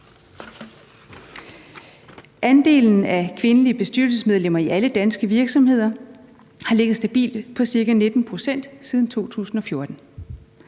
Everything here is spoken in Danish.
Andelen af kvindelige bestyrelsesmedlemmer i alle danske virksomheder har ligget stabilt på ca. 19 pct. siden 2014.